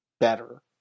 Better